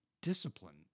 discipline